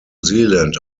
zealand